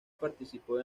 participó